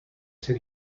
ser